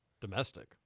Domestic